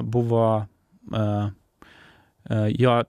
buvo jo